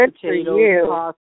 potatoes